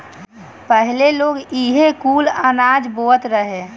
पहिले लोग इहे कुल अनाज बोअत रहे